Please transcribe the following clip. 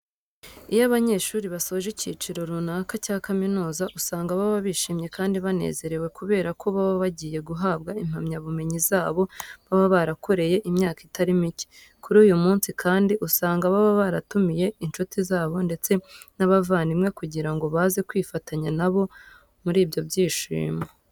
Iyo abanyeshuri basoje icyiciro runaka cya kaminuza usanga baba bishimye kandi banezerewe kubera ko baba bagiye guhabwa impamyabumenyi zabo baba barakoreye imyaka itari mike. Kuri uyu munsi kandi, usanga baba baratumiye inshuti zabo ndetse n'abavandimwe kugira ngo baze kwifatanya na bo muri ibyo byishimo.